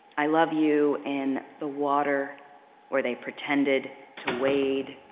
i love you in the water where they pretended to wade,